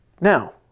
Now